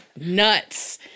nuts